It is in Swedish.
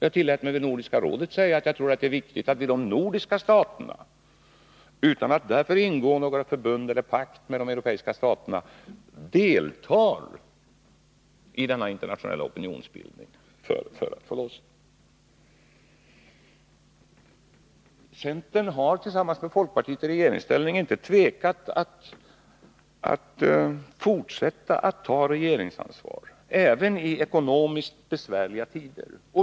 Jag tillät mig säga vid Nordiska rådets möte att jag tror att det är viktigt att vi i de nordiska staterna — utan att därför ingå något förbund eller någon pakt med de europeiska staterna — deltar i denna internationella opinionsbildning. Centern har tillsammans med folkpartiet i regeringsställning inte tvekat att fortsätta att ta regeringsansvar även i ekonomiskt besvärliga tider.